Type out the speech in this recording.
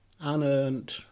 unearned